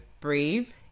breathe